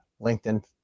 LinkedIn